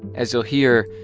as you'll hear,